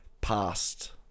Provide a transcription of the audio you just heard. past